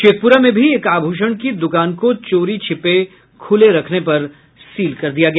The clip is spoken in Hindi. शेखपुरा में भी एक आभूषण की दुकान को चोरी छिपे खुले रखने पर सील कर दिया गया